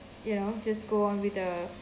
you know just go on with the